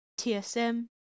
TSM